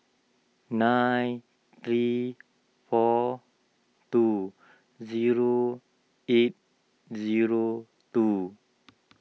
nine three four two zero eight zero two